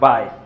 Bye